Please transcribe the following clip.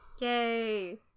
Yay